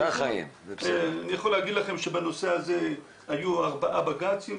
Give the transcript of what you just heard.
אני יכול להגיד לכם שבנושא הזה היו ארבעה בג"צים